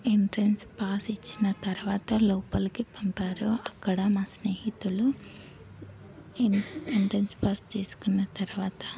entrance pass ఇచ్చిన తరువాత లోపలికి పంపారు అక్కడ మా స్నేహితులు ఎంట్రన్స్ పాస్ తీసుకొన్న తర్వాత